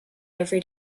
every